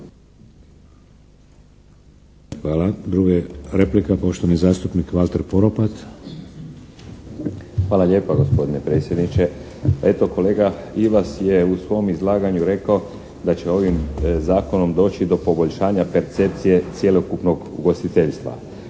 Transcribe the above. Hvala. Druga replika poštovani zastupnik Valter Poropat. **Poropat, Valter (IDS)** Hvala lijepa, gospodine predsjedniče. Eto, kolega Ivas je u svom izlaganju rekao da će ovim zakonom doći do poboljšanja percepcije cjelokupnog ugostiteljstva.